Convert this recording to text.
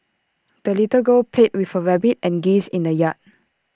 the little girl played with her rabbit and geese in the yard